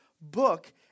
book